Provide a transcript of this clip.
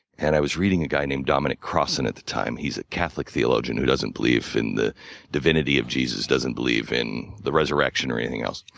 and i was reading a guy named dominic crossan at the time. he's a catholic theologian who doesn't believe in the divinity of jesus, doesn't believe in the resurrection or anything else.